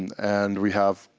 and we have,